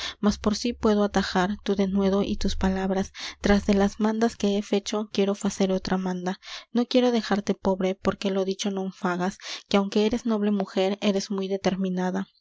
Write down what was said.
mas por si puedo atajar tu denuedo y tus palabras tras de las mandas que he fecho quiero facer otra manda no quiero dejarte pobre porque lo dicho non fagas que aunque eres noble mujer eres muy determinada